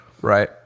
right